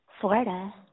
Florida